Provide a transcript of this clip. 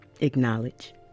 acknowledge